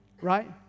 Right